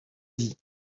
dit